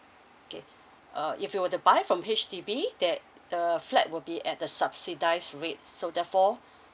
K uh if you were to buy from H_D_B that the flat will be at the subsidise rate so therefore